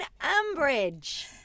Ambridge